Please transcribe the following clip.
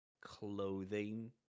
clothing